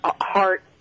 heart